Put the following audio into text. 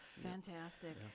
Fantastic